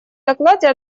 докладе